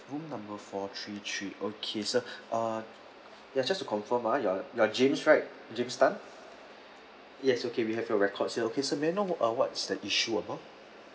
room number four three three okay sir uh ya just to confirm uh you are you are james right james tan yes okay we have your record here sir may I know uh what's the issue about